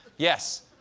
yes.